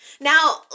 Now